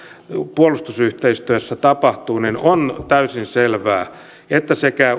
puolustusyhteistyössä tapahtuu on täysin selvää että sekä